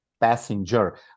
passenger